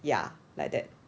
ya like that